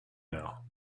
now